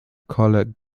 colour